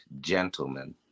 gentlemen